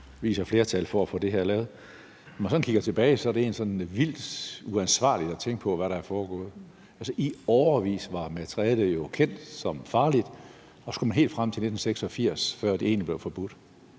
vi viser flertal for at få det her lavet. Når man sådan kigger tilbage, er det egentlig sådan vildt uansvarligt at tænke på, hvad der er foregået. Altså, i årevis var materialet jo kendt som farligt, og så skulle man helt frem til 1986, før det egentlig blev forbudt.